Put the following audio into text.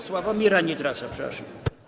Sławomira Nitrasa, przepraszam.